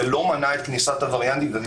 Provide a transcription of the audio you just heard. זה לא מנע את כניסת הווריאנטים ואני